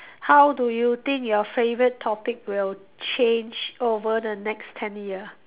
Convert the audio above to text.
how do you think your favorite topic will change over the next ten year